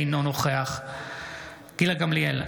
אינו נוכח גילה גמליאל,